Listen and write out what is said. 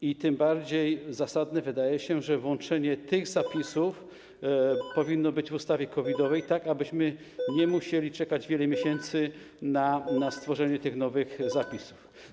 I tym bardziej zasadne wydaje się, że włączenie tych zapisów powinno być w ustawie COVID-owej, tak abyśmy nie musieli czekać wiele miesięcy na stworzenie nowych zapisów.